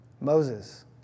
Moses